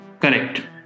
Correct